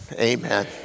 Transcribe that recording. amen